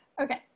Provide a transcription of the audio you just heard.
okay